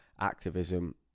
activism